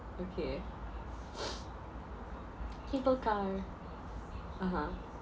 okay cable car (uh huh)